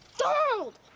donald!